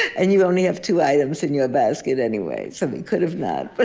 and you only have two items in your basket anyway, so they could have not, but